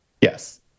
Yes